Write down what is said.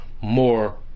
more